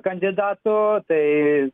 kandidatų tai